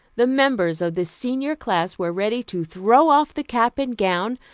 the members of the senior class were ready to throw off the cap and gown,